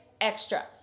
Extra